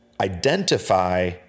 identify